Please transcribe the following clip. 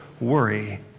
worry